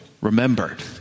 remembered